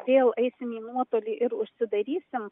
vėl eisim į nuotolį ir užsidarysim